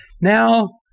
Now